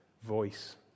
voice